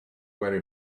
very